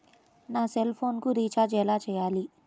నా సెల్ఫోన్కు రీచార్జ్ ఎలా చేయాలి?